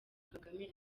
kagame